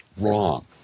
wrong